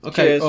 Okay